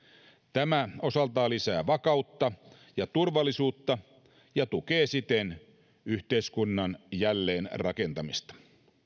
tämä osaltaan lisää vakautta ja turvallisuutta ja tukee siten yhteiskunnan jälleenrakentamista